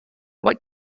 what